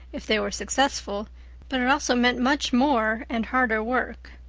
if they were successful but it also meant much more and harder work.